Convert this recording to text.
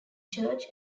church